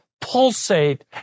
pulsate